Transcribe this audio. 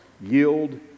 yield